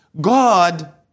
God